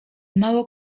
mało